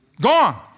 gone